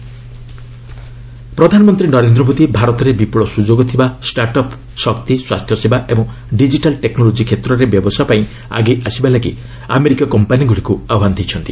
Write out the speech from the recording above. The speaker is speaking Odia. ପିଏମ୍ ୟୁଏସ୍ ମିଟିଂ ପ୍ରଧାନମନ୍ତ୍ରୀ ନରେନ୍ଦ୍ର ମୋଦି ଭାରତରେ ବିପୁଳ ସୁଯୋଗ ଥିବା ଷ୍ଟାର୍ଟ୍ ଅପ୍ ଶକ୍ତି ସ୍ୱାସ୍ଥ୍ୟସେବା ଏବଂ ଡିଜିଟାଲ୍ ଟେକ୍ନୋଲୋକି କ୍ଷେତ୍ରରେ ବ୍ୟବସାୟ ପାଇଁ ଆଗେଇ ଆସିବାକୁ ଆମେରିକୀୟ କମ୍ପାନୀଗୁଡ଼ିକୁ ଆହ୍ୱାନ ଜଣାଇଛନ୍ତି